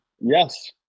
Yes